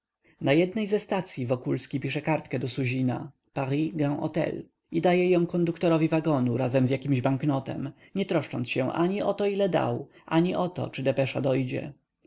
na jednej ze stacyi wokulski pisze kartkę do suzina paris grand htel i daje ją konduktorowi wagonu razem z jakimś banknotem nie troszcząc się ani o to ile dał ani o to czy depesza dojdzie